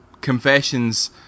confessions